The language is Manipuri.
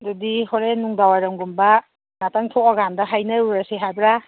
ꯑꯗꯨꯗꯤ ꯍꯣꯔꯦꯟ ꯅꯨꯡꯗꯥꯡ ꯋꯥꯏꯔꯝꯒꯨꯝꯕ ꯉꯥꯛꯇꯪ ꯊꯣꯛꯑꯀꯥꯟꯗ ꯍꯥꯏꯅꯔꯨꯔꯁꯦ ꯍꯥꯏꯕ꯭ꯔꯥ